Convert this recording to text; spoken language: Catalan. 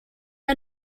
que